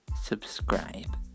subscribe